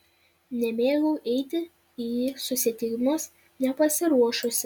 nemėgau eiti į susitikimus nepasiruošusi